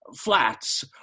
flats